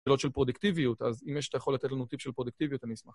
דעות של פרודקטיביות, אז אם יש, אתה יכול לתת לנו טיפ של פרודקטיביות, אני אשמח.